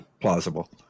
plausible